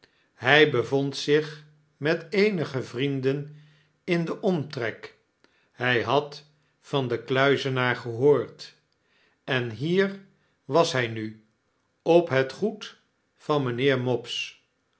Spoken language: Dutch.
maakte hy bevondzich met eenige vrienden in den omtrek hij had van den kluizenaar gehoord en hier was hy nu op het goed van mynheer